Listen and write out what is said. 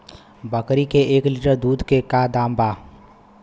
बकरी के एक लीटर दूध के का दाम बा?